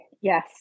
yes